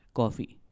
coffee